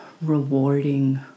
rewarding